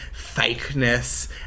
fakeness